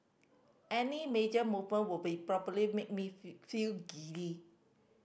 any major movement would be probably made me feel giddy